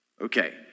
Okay